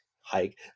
hike